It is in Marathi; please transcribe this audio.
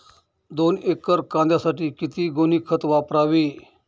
दोन एकर कांद्यासाठी किती गोणी खत वापरावे?